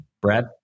Brad